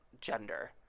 gender